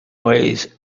ways